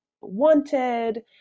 wanted